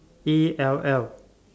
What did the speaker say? A L L